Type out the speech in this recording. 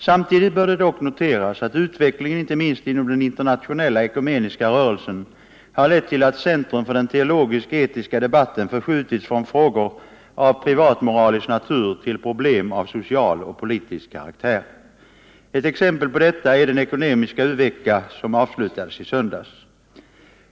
Samtidigt bör det dock noteras, att utvecklingen inte minst inom den internationella ekumeniska rörelsen har lett till att centrum för den teologiskt-etiska debatten förskjutits från frågor av privatmoralisk natur till problem av social och politisk karaktär. Ett exempel på detta är den ekumeniska u-vecka som avslutades i söndags.